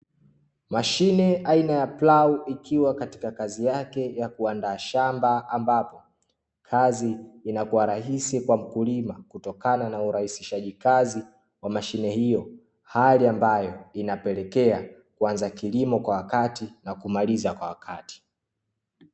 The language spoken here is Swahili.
Mashine aina ya plau ikiwa katika kazi yake ya kuandaa shamba ambapo, kazi inakua rahisi kwa mkulima kutokana na urahisishaji kazi wa mashine hiyo, hali ambayo inapelekea kuanza kilimo kwa wakati na kumaliza kwa wakati.